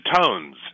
tones